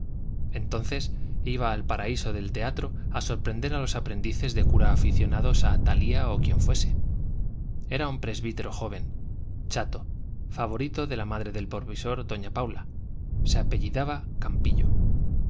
entonces iba al paraíso del teatro a sorprender a los aprendices de cura aficionados a talía o quien fuese era un presbítero joven chato favorito de la madre del provisor doña paula se apellidaba campillo